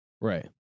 Right